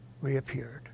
reappeared